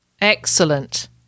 Excellent